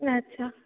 अच्छा